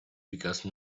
because